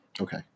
Okay